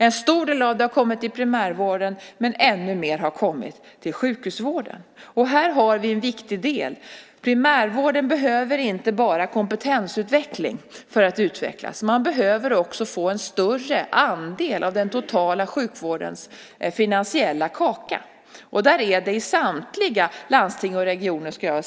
En stor del har gått till primärvården, men ännu mer har gått till sjukhusvården. Här har vi en viktig del. Primärvården behöver inte bara kompetensutveckling för att utvecklas, utan den behöver också få en större andel av den totala sjukvårdens finansiella kaka. Jag skulle vilja säga att det finns ett problem i samtliga landsting och regioner.